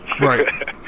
Right